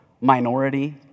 minority